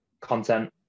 content